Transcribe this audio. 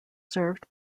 served